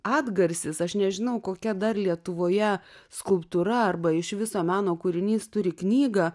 atgarsis aš nežinau kokia dar lietuvoje skulptūra arba iš viso meno kūrinys turi knygą